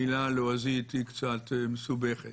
המילה הלועזית היא קצת מסובכת,